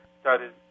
started